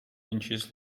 inches